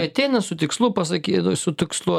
ateina su tikslu pasakei su tikslu